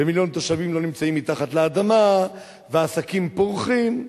ומיליון תושבים לא נמצאים מתחת לאדמה והעסקים פורחים.